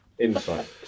Insight